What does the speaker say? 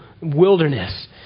wilderness